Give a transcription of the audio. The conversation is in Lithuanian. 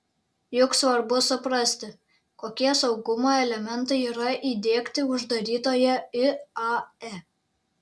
juk svarbu suprasti kokie saugumo elementai yra įdiegti uždarytoje iae